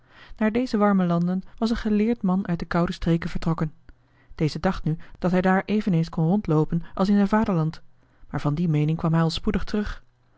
naar deze warme landen was een geleerd man uit de koude streken vertrokken deze dacht nu dat hij daar eveneens kon rondloopen als in zijn vaderland maar van die meening kwam hij al spoedig terug